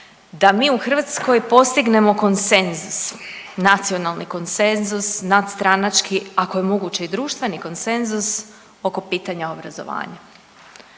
da mi u Hrvatskoj postignemo konsenzus, nacionalni koncensus nadstranački ako je moguće i društveni konsenzus oko pitanja obrazovanja